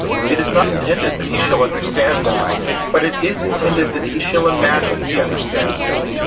it is not intended that he shall understand them but it is intended that he shall imagine he understands them.